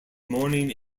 morning